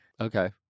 Okay